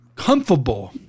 Comfortable